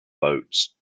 boats